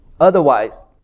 Otherwise